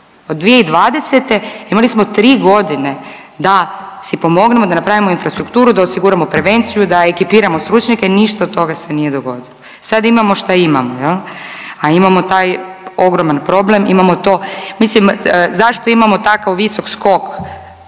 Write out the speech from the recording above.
Od 2020. imali smo 3 godine da si pomognemo, da napravimo infrastrukturu, da osiguramo prevenciju, da ekipiramo stručnjake, ništa od toga se nije dogodilo. Sad imamo šta imamo jel, a imamo taj ogroman problem, imamo to, mislim zašto imamo tako visok skok